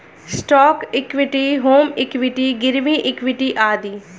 stock equity, home equity, गिरवी equity आदि